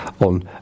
on